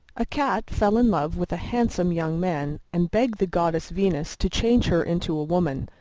a cat fell in love with a handsome young man, and begged the goddess venus to change her into a woman.